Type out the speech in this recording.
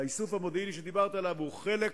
האיסוף המודיעיני שדיברתי עליו הוא חלק